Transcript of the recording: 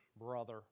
brother